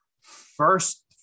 first